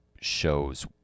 shows